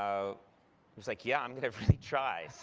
i was like, yeah, i'm going to really try.